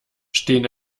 stehen